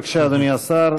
בבקשה, אדוני השר.